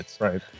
right